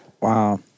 Wow